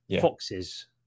foxes